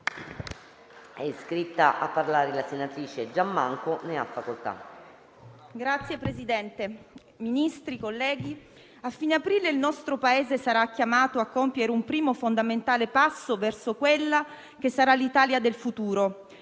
Signor Presidente, Ministri, colleghi, a fine aprile il nostro Paese sarà chiamato a compiere un primo fondamentale passo verso quella che sarà l'Italia del futuro.